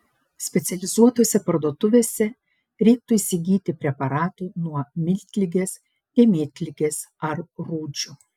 specializuotose parduotuvėse reiktų įsigyti preparatų nuo miltligės dėmėtligės ar rūdžių